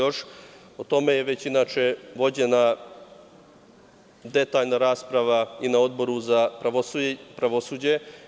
O tome je već, inače, vođena detaljna rasprava i na Odboru za pravosuđe.